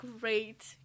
great